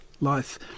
life